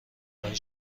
های